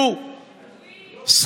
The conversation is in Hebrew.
הסתייגויות מס'